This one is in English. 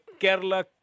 Kerala